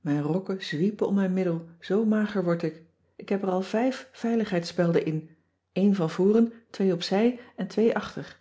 mijn rokken zwiepen om mijn middel zoo mager word ik ik heb er al vijf veiligheidsspelden in éen van voren twee op zij en twee achter